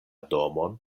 domon